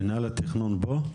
מינהל התכנון פה?